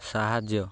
ସାହାଯ୍ୟ